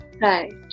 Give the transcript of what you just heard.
Right